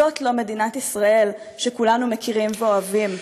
זאת לא מדינת ישראל שכולנו מכירים ואוהבים.